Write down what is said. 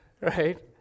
right